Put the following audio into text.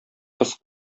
кыз